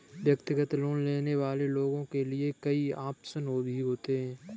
व्यक्तिगत लोन लेने वाले लोगों के लिये कई आप्शन भी होते हैं